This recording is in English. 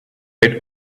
had